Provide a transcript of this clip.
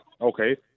Okay